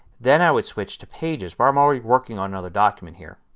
then i would switch to pages where i'm already working on another document here.